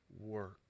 work